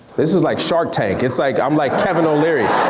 this is like shark tank, it's like, i'm like kevin o'leary,